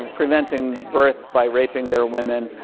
um preventing births by raping their women.